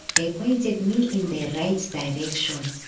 and they pointed me in the right direction.